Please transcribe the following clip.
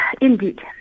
indeed